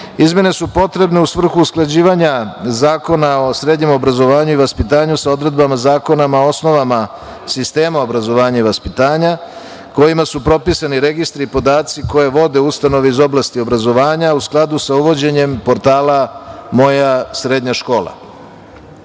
školu. Izmene su potrebne u svrhu usklađivanja Zakona o srednjem obrazovanju i vaspitanju sa odredbama Zakona o osnovama sistema obrazovanja i vaspitanja kojima su propisani registri i podaci koje vode ustanove iz oblasti obrazovanja u skladu sa uvođenjem portala „Moja srednja škola.“„Moja